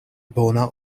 bona